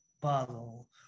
bottle